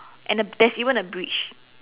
and a there's even a bridge